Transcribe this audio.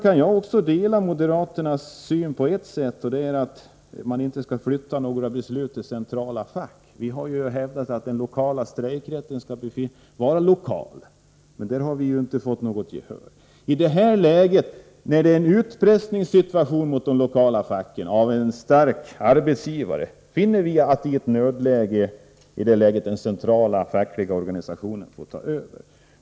I ett avseende kan jag dela moderaternas syn, och det är när de framhåller att man inte skall flytta några beslut till centrala fack. Vi har hävdat att den lokala strejkrätten skall vara just lokal. Men där har vi inte fått något gehör. I det här läget — när en stark arbetsgivare utövar utpressning mot det lokala facket — finner vi att de centrala fackliga organisationerna får ta över.